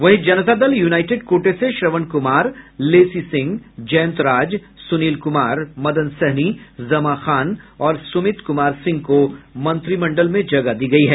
वहीं जनता दल यूनाइटेड कोटे से श्रवण कुमार लेसी सिंह जयंत राज सुनिल कुमार मदन सहनी ज़मा ख़ान और सुमित कुमार सिंह को मंत्रिमंडल में जगह दी गयी है